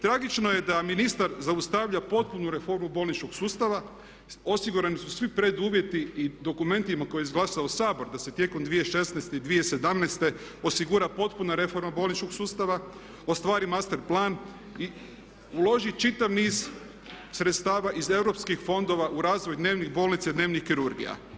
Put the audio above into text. Tragično je da ministar zaustavlja potpunu reformu bolničkog sustava, osigurani su svi preduvjeti i dokumentima koje je izglasao Sabor da se tijekom 2016. i 2017. osigura potpuna reforma bolničkog sustava, ostvari master plan i uloži čitav niz sredstava iz europskih fondova u razvoj dnevnih bolnica i dnevnih kirurgija.